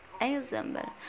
Example